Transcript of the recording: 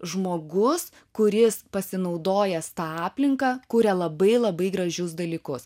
žmogus kuris pasinaudojęs ta aplinka kuria labai labai gražius dalykus